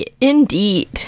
Indeed